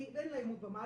כי אין לה אמון במערכת,